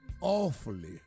awfully